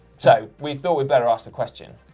so we thought we'd better ask the question,